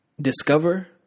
discover